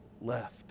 left